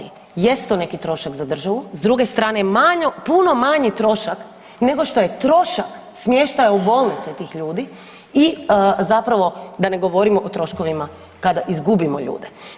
Jest to neki trošak za državi, s druge strane, manji, puno manji trošak nego što je trošak smještaja u bolnici tih ljudi i zapravo da ne govorimo o troškovima kada izgubimo ljude.